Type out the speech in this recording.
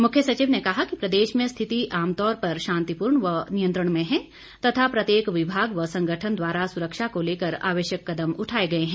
मुख्य सचिव ने कहा कि प्रदेश में स्थिति आमतौर पर शांतिपूर्ण व नियंत्रण में है तथा प्रत्येक विभाग व संगठन द्वारा सुरक्षा को लेकर आवश्यक कदम उठाए गए हैं